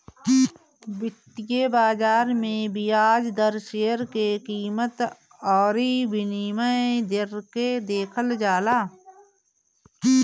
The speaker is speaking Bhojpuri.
वित्तीय बाजार में बियाज दर, शेयर के कीमत अउरी विनिमय दर के देखल जाला